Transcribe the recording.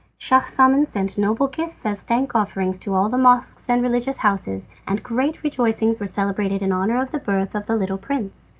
schahzaman sent noble gifts as thank offerings to all the mosques and religious houses, and great rejoicings were celebrated in honour of the birth of the little prince,